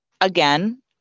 again